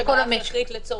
גישות.